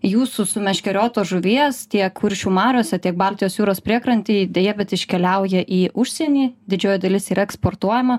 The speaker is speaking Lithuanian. jūsų sumeškeriotos žuvies tiek kuršių mariose tiek baltijos jūros priekrantėj deja bet iškeliauja į užsienį didžioji dalis yra eksportuojama